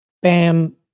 Bam